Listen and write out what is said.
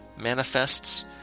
manifests